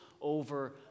over